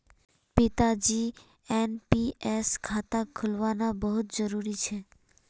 पिताजीर एन.पी.एस खाता खुलवाना बहुत जरूरी छ